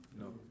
No